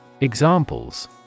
Examples